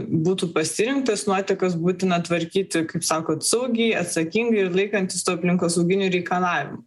būtų pasirinktas nuotekas būtina tvarkyti kaip sakot saugiai atsakingai ir laikantis tų aplinkosauginių reikalavimų